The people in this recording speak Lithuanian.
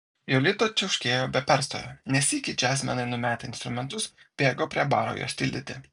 jolita čiauškėjo be perstojo ne sykį džiazmenai numetę instrumentus bėgo prie baro jos tildyti